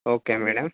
okay madam